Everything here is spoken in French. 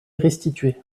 restitué